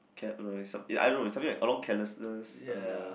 I don't know something like along carelessness uh